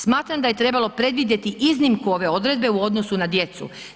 Smatram da je trebalo predvidjeti iznimku ove odredbe u odnosu na djecu.